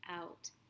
out